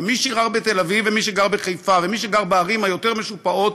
ומי שגר בתל-אביב ומי שגר בחיפה ומי שגר בערים היותר משופעות,